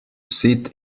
sit